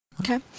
Okay